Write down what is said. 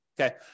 Okay